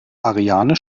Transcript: ariane